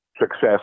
success